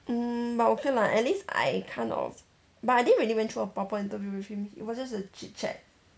mm but okay lah at least I kind of but I didn't really went through a proper interview with him it was just a chit chat